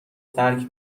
ترک